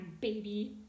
baby